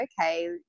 okay